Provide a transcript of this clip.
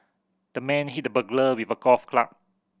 the man hit the burglar with a golf club